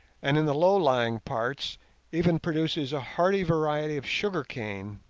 and in the lower-lying parts even produces a hardy variety of sugar-cane.